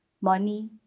money